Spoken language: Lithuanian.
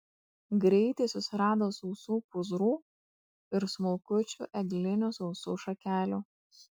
greitai susirado sausų pūzrų ir smulkučių eglinių sausų šakelių